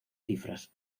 cifras